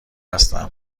هستم